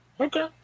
Okay